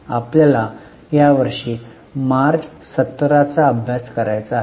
आपल्याला यावर्षी मार्च 17 चा अभ्यास करायचा आहे